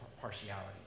partiality